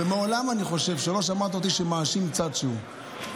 ואני חושב שמעולם לא שמעת אותי מאשים צד כלשהו.